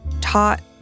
taught